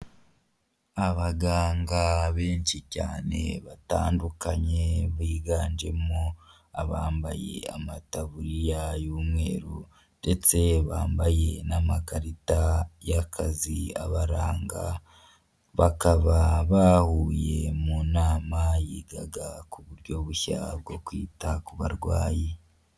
Abaganga benshi cyane batandukanye biganjemo abambaye amataburiya y'umweru ndetse bambaye n'amakarita y'akazi abaranga, bakaba bahuye mu nama yigaga ku buryo bushya bwo kwita ku barwayi.